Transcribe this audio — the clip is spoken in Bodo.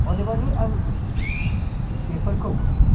अदेबानि आं बेफोरखौ